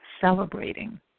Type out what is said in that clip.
celebrating